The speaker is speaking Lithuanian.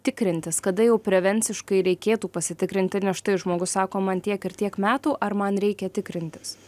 tikrintis kada jau prevenciškai reikėtų pasitikrinti na štai žmogus sako man tiek ir tiek metų ar man reikia tikrintis